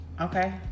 Okay